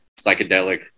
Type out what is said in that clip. psychedelic